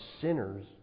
sinners